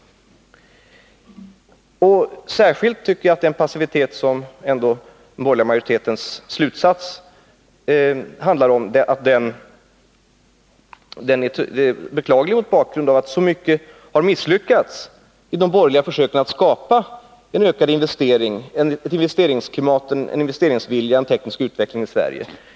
Jag tycker att den passivitet som den borgerliga majoritetens slutsats är ett tecken på är beklaglig, särskilt mot bakgrund av att så mycket har misslyckats i de borgerliga försöken att skapa ökade investeringar, ett förbättrat investeringsklimat, en förbättrad investeringsvilja och en förbättrad teknikutveckling i Sverige.